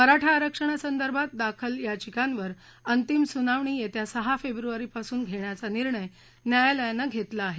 मराठा आरक्षणा सर्दर्शात दाखल याचिकास्त्र अतिम सुनावणी येत्या सहा फेब्रुवारीपासून घेण्याचा निर्णय न्यायालयाना घेतला आहे